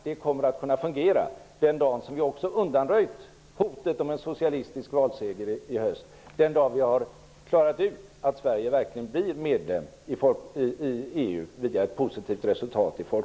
Detta kommer att fungera den dag när vi har undanröjt hotet om en socialistisk valseger i höst och när det via ett positivt resultat i folkomröstningen står klart att Sverige verkligen blir medlem i EU.